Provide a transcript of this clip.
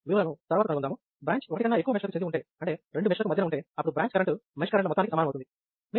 branch ఒకటి కన్నా ఎక్కువ మెష్ లకు చెంది ఉంటే అంటే రెండు మెష్ లకు మధ్యన ఉంటే అప్పుడు బ్రాంచ్ కరెంటు మెష్ కరెంటు ల మొత్తానికి సమానం అవుతుంది